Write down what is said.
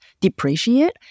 depreciate